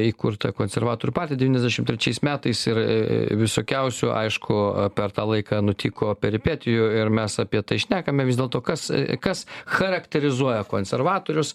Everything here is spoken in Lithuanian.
įkurta konservatorių partija devyniasdešim trečiais metais ir visokiausių aišku per tą laiką nutiko peripetijų ir mes apie tai šnekame vis dėlto kas kas charakterizuoja konservatorius